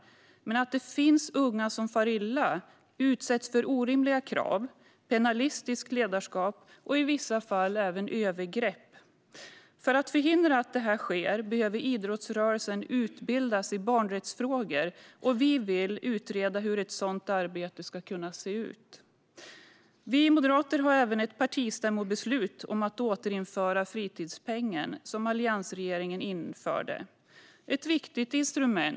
Det finns dock unga som far illa och utsätts för orimliga krav, pennalistiskt ledarskap och i vissa fall även övergrepp. För att förhindra att detta sker behöver idrottsrörelsen utbildas i barnrättsfrågor, och vi vill utreda hur ett sådant arbete ska kunna se ut. Vi moderater har även ett partistämmobeslut om att återinföra fritidspengen som alliansregeringen införde, ett viktigt instrument.